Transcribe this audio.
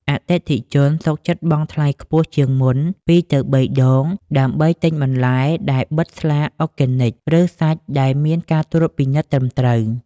អតិថិជនសុខចិត្តបង់ថ្លៃខ្ពស់ជាងមុន ២ ទៅ ៣ ដង ដើម្បីទិញបន្លែដែលបិទស្លាក "Organic" ឬសាច់ដែលមានការត្រួតពិនិត្យត្រឹមត្រូវ។